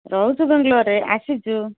ରହୁଛୁ ବେଙ୍ଗଲୋରରେ ଆସିଛୁ